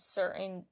certain